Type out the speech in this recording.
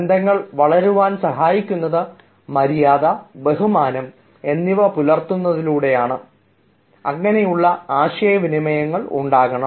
ബന്ധങ്ങൾ വളർത്തുവാൻ സഹായിക്കുന്നത് മര്യാദ ബഹുമാനം എന്നിവ പുലർത്തുന്ന ആശയവിനിമയങ്ങളിലൂടെയാണ്